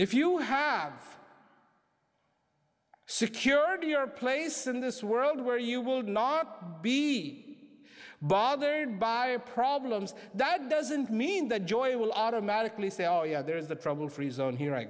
if you have secured your place in this world where you would not be bothered by a problems that doesn't mean that joy will automatically say oh yeah there is a trouble free zone here i